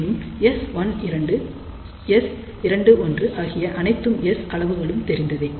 மேலும் S12 S21 ஆகிய அனைத்து S அளவுகளும் தெரிந்ததே